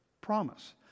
promise